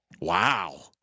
Wow